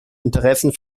interessen